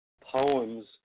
poems